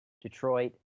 Detroit